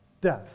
death